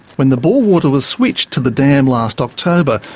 when the bore water was switched to the dam last october,